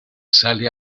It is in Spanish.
sale